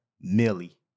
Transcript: millie